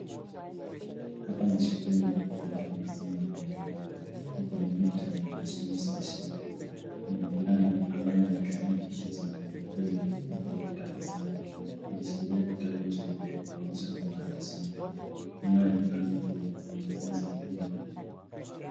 Hapa ni shuleni ambapo masomo yanaendelea. Ni kwenye muktadha wa masomo spesheli. Kuna mvulana ambaye amekalia kiti cha magurudumu huku akitabasamu. Ameshikilia kitabu cheupe kuonyesha kuwa anasoma. Nyuma ya mvulana huyu kuna wanafunzi wengine wawili.